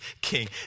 king